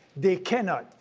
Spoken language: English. they cannot.